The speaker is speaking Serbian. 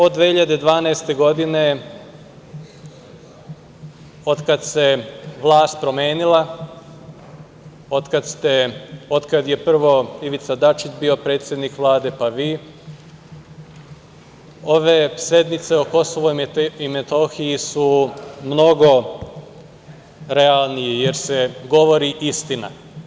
Od 2012. godine, od kada se vlast promenila, od kada je, prvo, Ivica Dačić bio predsednik Vlade pa vi, ove sednice o Kosovu i Metohiji su mnogo realnije jer se govori istina.